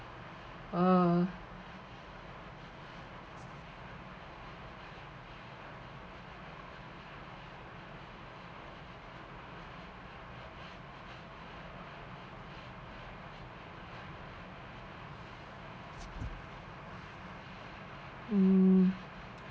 oh mm